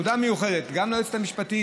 תודה מיוחדת גם ליועצת המשפטית,